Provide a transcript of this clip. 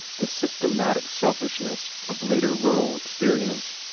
the systematic selfishness of later rural experience,